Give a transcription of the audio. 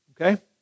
Okay